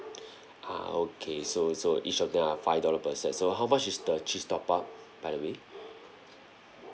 ah okay so so each of them are five dollar per set so how much is the cheese top up by the way